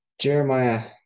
Jeremiah